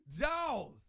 Jaws